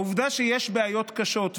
העובדה שיש בעיות קשות,